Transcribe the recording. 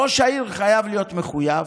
ראש העיר חייב להיות מחויב,